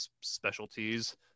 specialties